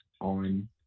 on